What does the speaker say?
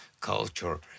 culture